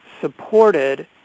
supported